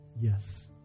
Yes